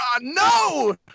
no